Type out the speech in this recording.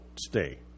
stay